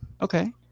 Okay